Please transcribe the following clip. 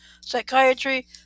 psychiatry